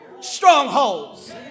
strongholds